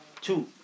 two